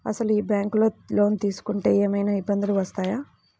అసలు ఈ బ్యాంక్లో లోన్ తీసుకుంటే ఏమయినా ఇబ్బందులు వస్తాయా?